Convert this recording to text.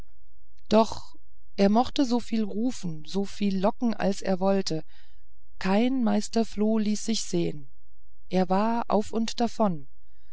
doch er mochte so viel rufen so viel locken als er wollte kein meister floh ließ sich sehen er war auf und davon